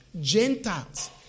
Gentiles